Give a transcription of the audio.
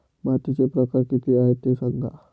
मातीचे प्रकार किती आहे ते सांगा